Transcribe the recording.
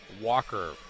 Walker